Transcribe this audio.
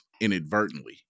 inadvertently